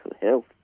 health